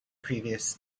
previous